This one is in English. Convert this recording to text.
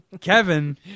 Kevin